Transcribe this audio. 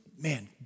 man